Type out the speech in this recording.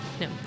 No